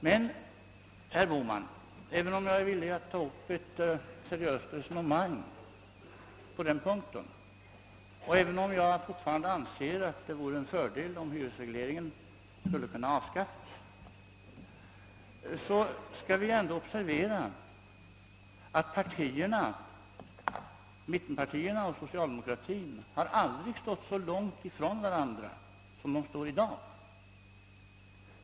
Men, herr Bohman, även om jag är villig att ta upp ett seriöst resonemang på denna punkt och även om jag fortfarande anser att det vore en fördel om hyresregleringen kunde avskaffas, så skall vi ändå observera att mittenpartierna och socialdemokratin aldrig stått så långt ifrån varandra som de gör i dag.